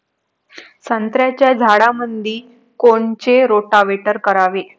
संत्र्याच्या झाडामंदी कोनचे रोटावेटर करावे?